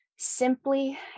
simply